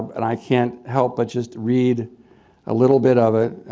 and i can't help but just read a little bit of it